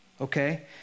okay